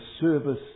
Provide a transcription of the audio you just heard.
service